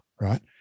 right